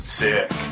sick